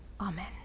Amen